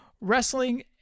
wrestling